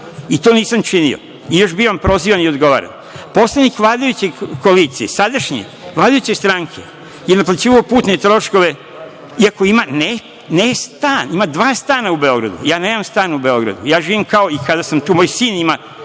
i to nisam činio, i još bivam prozivan i ogovaran. Poslanik vladajuće koalicije, sadašnje vladajuće stranke, je naplaćivao putne troškove, iako ima, ne stan, ima dva stana u Beogradu. Ja nemam stan u Beogradu, ja živim kao i kada sam tu. Moj sin ima